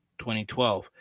2012